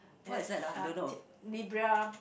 it is Libra